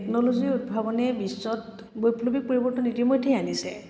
technology উদ্ভাৱনে বিশ্বত বৈপ্লৱিক পৰিৱৰ্তন ইতিমধ্যে আনিছে